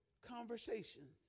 conversations